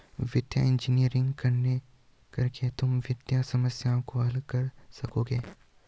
वित्तीय इंजीनियरिंग करके तुम वित्तीय समस्याओं को हल कर सकोगे